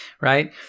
right